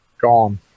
gone